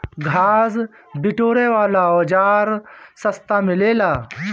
घास बिटोरे वाला औज़ार सस्ता मिलेला